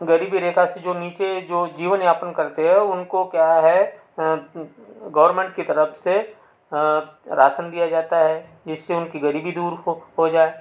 गरीबी रेखा से जो नीचे जो जीवन यापन करते हैं उनको क्या है गवरमेंट की तरफ़ से राशन दिया जाता है जिससे उनकी गरीबी दूर हो हो जाए